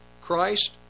Christ